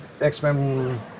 X-Men